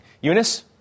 Eunice